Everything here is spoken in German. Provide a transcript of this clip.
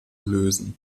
lösen